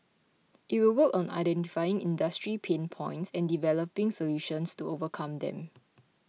it will work on identifying industry pain points and developing solutions to overcome them